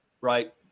right